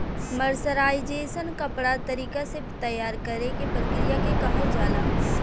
mercerisation कपड़ा तरीका से तैयार करेके प्रक्रिया के कहल जाला